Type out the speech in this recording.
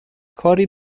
کاری